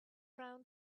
round